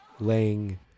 laying